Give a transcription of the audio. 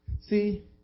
See